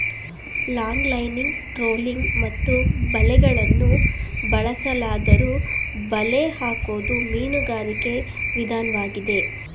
longlining trolling ಮತ್ತು ಬಲೆಗಳನ್ನು ಬಳಸಲಾದ್ದರೂ ಬಲೆ ಹಾಕೋದು ಮೀನುಗಾರಿಕೆ ವಿದನ್ವಾಗಿದೆ